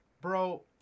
Bro